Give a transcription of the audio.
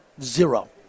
Zero